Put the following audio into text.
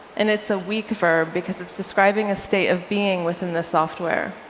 and it's a weak verb, because it's describing a state of being within the software.